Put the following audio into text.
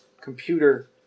computer